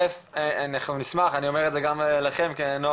אלף אנחנו נשמח אני אומר את זה לכם כנוער